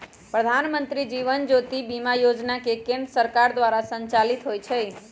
प्रधानमंत्री जीवन ज्योति बीमा जोजना केंद्र सरकार द्वारा संचालित होइ छइ